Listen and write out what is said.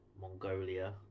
Mongolia